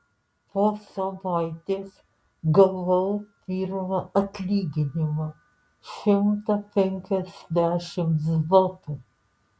po savaitės gavau pirmą atlyginimą šimtą penkiasdešimt zlotų